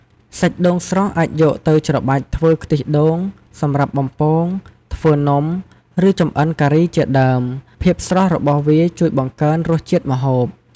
សាច់ដូងស្រស់អាចយកទៅច្របាច់ធ្វើខ្ទិះដូង សម្រាប់បំពង ធ្វើនំ ឬចម្អិនការីជាដើម ភាពស្រស់របស់វាជួយបង្កើនរសជាតិម្ហូប។